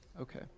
Okay